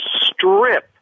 strip